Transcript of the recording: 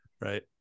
right